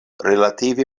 relative